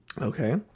Okay